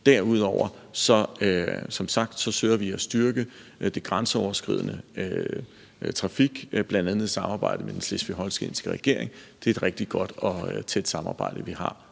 Derudover søger vi som sagt at styrke den grænseoverskridende trafik, bl.a. i samarbejde med den slesvig-holstenske regering. Det er et rigtig godt og tæt samarbejde, vi har